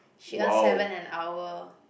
she earns seven an hour